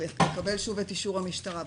לקבל שוב את אישור המשטרה,